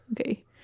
Okay